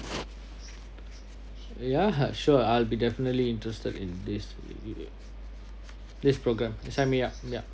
ya have sure I'll be definitely interested in this this program set me up yup